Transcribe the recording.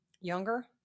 younger